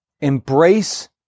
Embrace